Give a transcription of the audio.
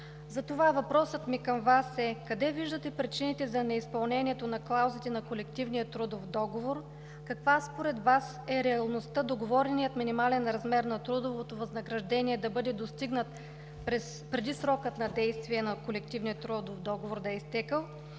Затова въпросът ми към Вас е: къде виждате причините за неизпълнението на клаузите на колективния трудов договор? Каква според Вас е реалността договореният минимален размер на трудовото възнаграждение да бъде достигнат преди срокът на действие на Колективния трудов договор да е изтекъл